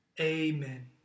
Amen